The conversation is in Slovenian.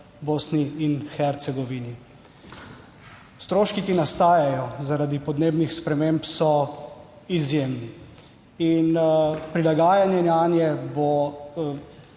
Bosni in Hercegovini. Stroški, ki nastajajo, zaradi podnebnih sprememb, so izjemni in prilagajanje nanje bo